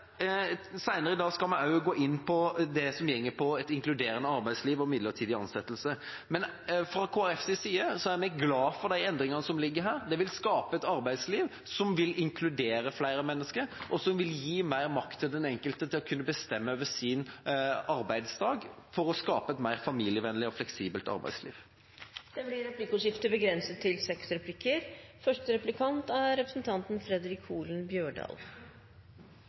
Seinere i dag skal vi også gå inn på det som går på et inkluderende arbeidsliv og midlertidig ansettelse. Men fra Kristelig Folkepartis side er vi glad for de endringene som ligger her. Det vil skape et arbeidsliv som vil inkludere flere mennesker, og som vil gi mer makt til den enkelte til å kunne bestemme over sin arbeidsdag for å skape et mer familievennlig og fleksibelt arbeidsliv. Det blir replikkordskifte. Vi i Arbeidarpartiet er